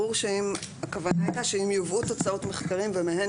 ברור שהכוונה הייתה שאם יובאו תוצאות מחקרים ומהן